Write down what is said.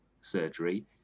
surgery